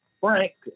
Frank